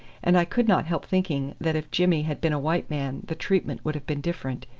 and i could not help thinking that if jimmy had been a white man the treatment would have been different.